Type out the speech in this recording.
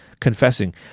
confessing